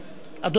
אדוני השר.